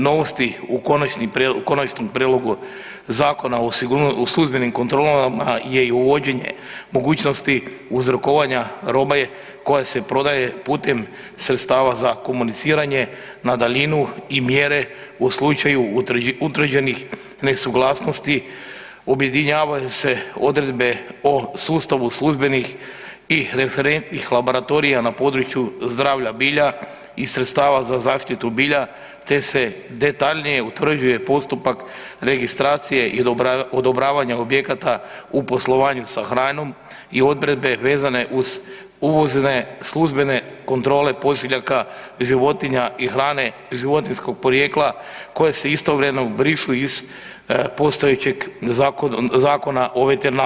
Novosti u Konačnom prijedlogu Zakona o službenim kontrolama je i uvođenje mogućnosti uzrokovanja robe koja se prodaje putem sredstava za komuniciranje na daljinu i mjere u slučaju utvrđenih nesuglasnosti, objedinjavaju se odredbe o sustavu službenih i referentnih laboratorija na području zdravlja bilja i sredstava za zaštitu bilja te se detaljnije utvrđuje postupak registracije i odobravanja objekata u poslovanju sa hranom i odredbe vezane uz uvozne službene kontrole pošiljaka, životinja i hrane životinjskog porijekla koje se istovremeno brišu iz postojećeg zakona o veterinarstvu.